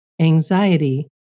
anxiety